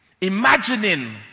imagining